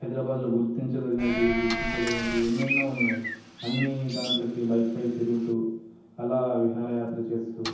హైదరాబాద్లో గుర్తించదగినవి గుర్తించలేనేవి ఎన్నెన్నో ఉన్నాయి అన్నీ దాంట్లో బైక్పై తిరుగుతు అలా విహారయాత్ర చేస్తు